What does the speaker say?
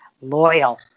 Loyal